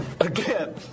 Again